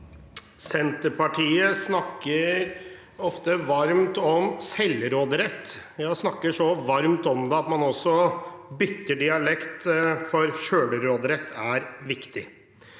Senterpartiet snak- ker ofte varmt om selvråderett og snakker så varmt om det at man også bytter dialekt, for «sjølråderett» er viktig.